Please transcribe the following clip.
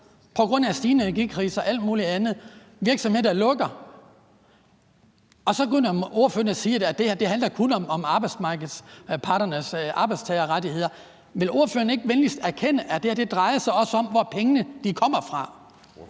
på grund af stigende energipriser og alt muligt? Der er virksomheder, der lukker. Og så siger ordføreren, at det her kun handler om arbejdsmarkedets parter og arbejdstagerrettigheder. Vil ordføreren ikke venligst anerkende, at det her også drejer sig om, hvor pengene kommer fra?